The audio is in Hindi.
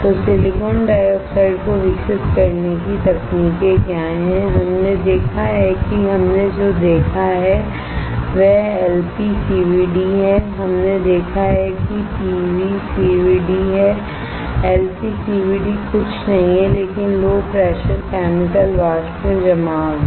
तो सिलिकॉन डाइऑक्साइड को विकसित करने की तकनीकें क्या हैं हमने देखा है कि हमने जो देखा है वह LPCVD है हमने देखा है कि PECVD है LPCVD कुछ नहीं है लेकिन लो प्रेशर केमिकल वाष्प जमाव है